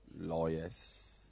lawyers